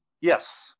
Yes